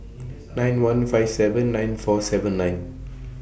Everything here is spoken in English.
nine one five seven nine four seven nine